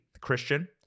Christian